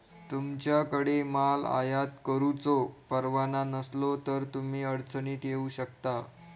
तुमच्याकडे माल आयात करुचो परवाना नसलो तर तुम्ही अडचणीत येऊ शकता